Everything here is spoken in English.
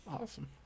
Awesome